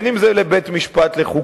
בין אם זה לבית-משפט לחוקה,